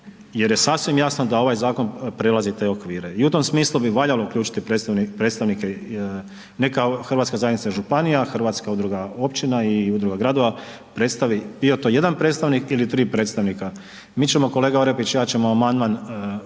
jer je sasvim jasno da ovaj zakon prelazi te okvire. I u tom smislu bi valjalo uključiti predstavnike ne, kao hrvatska zajednica županija, hrvatska udruga općina i udruga gradova, predstavi bio to jedan predstavnik ili tri predstavnik. Mi ćemo, kolega Orepić i ja ćemo amandman